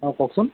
অঁ কওকচোন